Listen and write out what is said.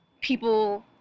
people